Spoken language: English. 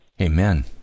Amen